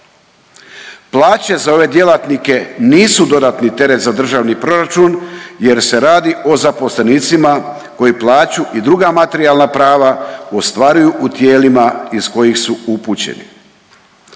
Plaće za ove djelatnike nisu dodatni teret za državni proračun jer se radi o zaposlenicima koji plaću i druga materijalna prava ostvaruju u tijelima iz kojih su upućeni.